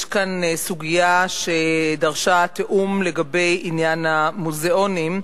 יש כאן סוגיה שדרשה תיאום לגבי עניין המוזיאונים.